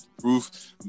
Proof